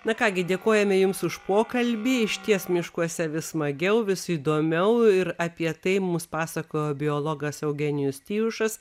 na ką gi dėkojame jums už pokalbį išties miškuose vis smagiau vis įdomiau ir apie tai mus pasakojo biologas eugenijus tijušas